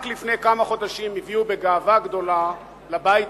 רק לפני כמה חודשים הביאו בגאווה גדולה לבית